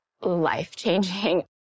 life-changing